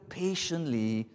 patiently